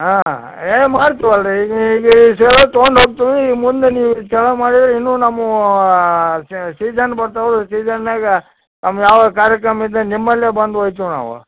ಹಾಂ ಏ ಮರ್ತ್ವಲ್ಲ ರೀ ಈಗ ಸೇವಾ ತಗೊಂಡು ಹೋಗ್ತಿವಿ ಮುಂದೆ ನೀವು ಚೆನ್ನಾಗಿ ಮಾಡಿದ್ರೆ ಇನ್ನು ನಮ್ಮ ಸೀಸನ್ ಬರ್ತಾವೆ ಸೀಸನ್ನಾಗೆ ನಮ್ದು ಯಾವ್ದೇ ಕಾರ್ಯಕ್ರಮ ಇದ್ದರೆ ನಿಮ್ಮಲ್ಲೆ ಬಂದು ಒಯ್ತಿವಿ ನಾವು